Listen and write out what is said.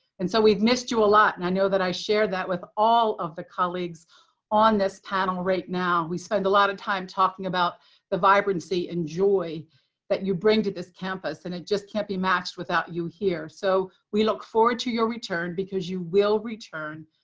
and so we've missed you a lot, and i know that i share that with all of the colleagues on this panel right now. we've spent a lot of time talking about the vibrancy and joy that you bring to this campus, and it just can't be matched without you here. so we look forward to your return, because you will return.